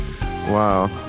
Wow